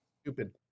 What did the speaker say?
stupid